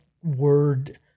word